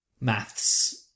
Maths